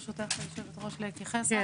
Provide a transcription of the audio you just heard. ברשותך, היושבת-ראש, להתייחס.